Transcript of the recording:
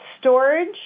storage